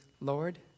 Lord